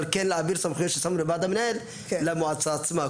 אבל כן להעביר סמכויות ששמנו לוועד המנהל למועצה עצמה,